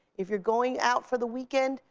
if you're going out for the weekend,